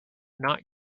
not